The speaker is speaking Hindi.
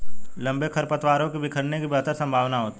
लंबे खरपतवारों के बिखरने की बेहतर संभावना होती है